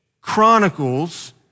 chronicles